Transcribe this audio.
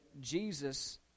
Jesus